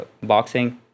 boxing